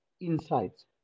insights